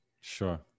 Sure